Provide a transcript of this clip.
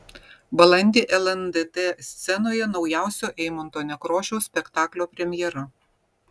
balandį lndt scenoje naujausio eimunto nekrošiaus spektaklio premjera